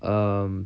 um